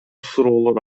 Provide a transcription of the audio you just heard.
суроолор